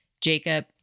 Jacob